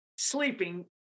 Sleeping